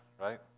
right